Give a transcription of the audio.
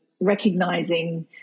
recognizing